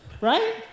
Right